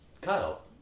Kyle